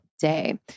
day